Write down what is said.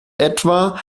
etwa